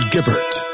Gibbert